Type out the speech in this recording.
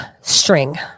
string